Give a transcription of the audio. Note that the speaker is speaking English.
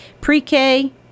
pre-K